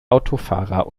autofahrer